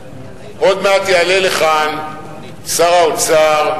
עוד מעט יעלה לכאן שר האוצר,